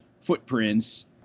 footprints